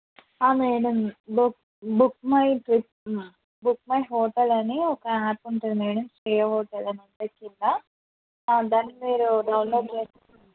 madam book book my trip book my hotel అని ఒక app ఉంటుంది మ్యాడమ్ శ్రేయ హోటలని ఉంటుంది కింద దాన్ని మీరు డౌన్లోడ్ చేసుకోండి